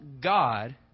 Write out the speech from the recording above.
God